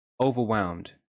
overwhelmed